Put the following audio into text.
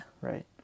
right